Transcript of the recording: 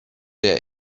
der